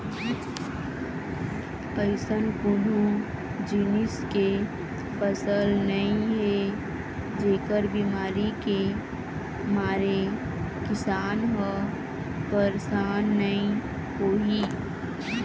अइसन कोनो जिनिस के फसल नइ हे जेखर बिमारी के मारे किसान ह परसान नइ होही